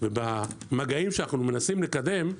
ובמגעים שאנחנו מנסים לקדם,